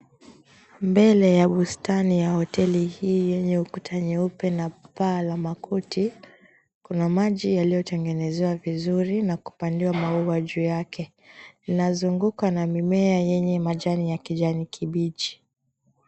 Mbele ya bustani ya hoteli hii yenye ukuta nyeupe na paa la makuti. Kuna maji yaliyotengenezewa vizuri na kupandiwa maua juu yake. Linazungukwa na mimea yenye majani ya kijani kibichi.